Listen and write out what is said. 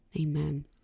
amen